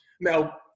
Now